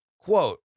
Quote